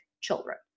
children